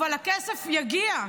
אבל הכסף יגיע.